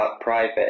private